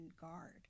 guard